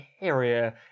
Area